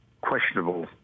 questionable